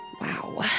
Wow